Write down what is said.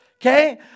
okay